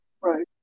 right